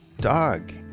dog